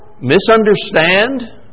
misunderstand